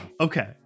Okay